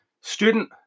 student